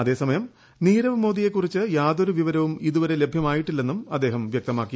അതേസമയം നീരവ് മോദിയെ കുറിച്ച് യാതൊരു വിവരവും ഇതുവരെ ലഭൃമായിട്ടില്ലെന്ന് അദ്ദേഹം വൃക്തമാക്കി